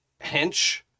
hench